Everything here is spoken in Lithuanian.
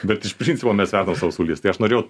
bet iš principo mes verdam savo sultyse tai aš norėjau